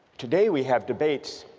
today we have debates